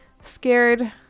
scared